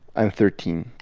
i'm thirteen